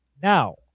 Now